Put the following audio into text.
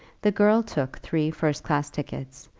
the girl took three first-class tickets,